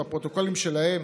והפרוטוקולים שלהם,